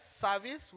service